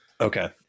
Okay